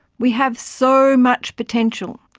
we have so much potential.